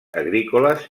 agrícoles